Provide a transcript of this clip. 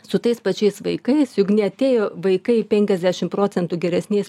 su tais pačiais vaikais juk neatėjo vaikai penkiasdešim procentų geresniais